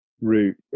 route